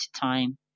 time